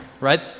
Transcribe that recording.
right